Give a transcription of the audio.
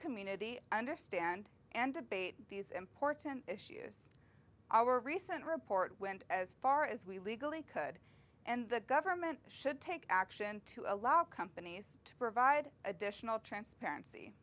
community understand and debate these important issues our recent report went as far as we legally could and the government should take action to allow companies to provide additional transparency